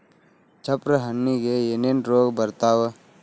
ಚಪ್ರ ಹಣ್ಣಿಗೆ ಏನೇನ್ ರೋಗ ಬರ್ತಾವ?